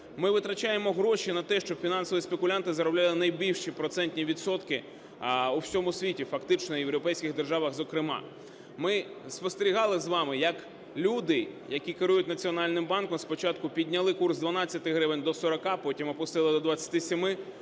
Ми витрачаємо гроші на те, щоб фінансові спекулянти заробляли найбільші процентні відсотки у всьому світі фактично, і у європейських державах зокрема. Ми спостерігали з вами, як люди, які керують Національним банком, спочатку підняли курс з 12 гривень до 40, потім опустили до 27,